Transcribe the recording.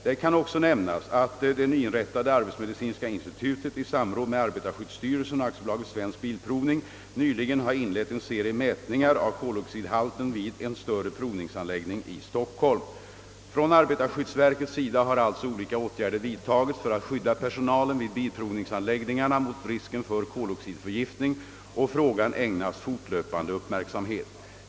Det kan också nämnas, att det nyinrättade arbetsmedicinska institutet i samråd med arbetarskyddsstyrelsen och AB Svensk Bilprovning nyligen har inlett en serie mätningar av koloxidhalten vid en större provningsanläggning i Stockholm. Från arbetarskyddsverkets sida har alltså olika åtgärder vidtagits för att skydda personalen vid bilprovningsanläggningarna mot risken för koloxidförgiftning, och frågan ägnas fortlöpande uppmärksamhet.